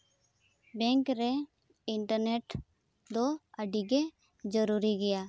bank ᱨᱮ internet ᱫᱚ ᱟᱹᱰᱤᱜᱮ ᱡᱩᱨᱩᱨᱤ ᱜᱮᱭᱟ